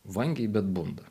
vangiai bet bunda